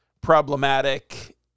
problematic